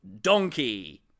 Donkey